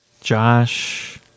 Josh